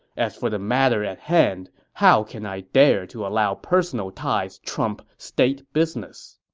as for the matter at hand, how can i dare to allow personal ties trump state business?